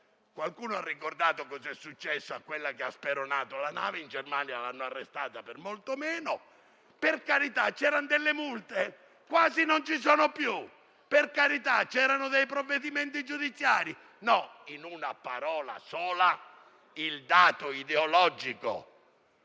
Qualcuno ha ricordato cosa è successo a colei che ha speronato la nave: in Germania l'hanno arrestata per molto meno. Per carità, c'erano delle multe? Quasi non ci sono più. Per carità, c'erano dei provvedimenti giudiziari? Non più. In una parola sola, il dato ideologico,